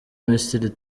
misiri